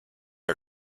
are